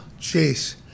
jeez